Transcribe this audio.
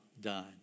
done